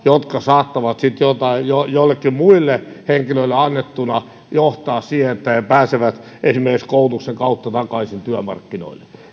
jotka saattavat sitten joillekin muille henkilöille annettuina johtaa siihen että he pääsevät esimerkiksi koulutuksen kautta takaisin työmarkkinoille